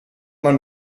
man